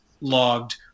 logged